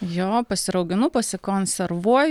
jo pasirauginu pasikonservuoju